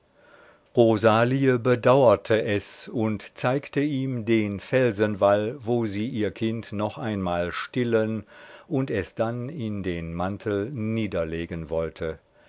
rosalie bedauerte es und zeigte ihm den felsenwall wo sie ihr kind noch einmal stillen und es dann in den mantel nieder legen wollte